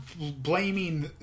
blaming